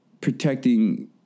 protecting